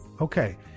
okay